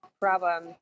problem